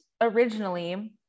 originally